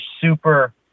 super